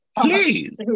Please